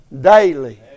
daily